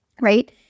right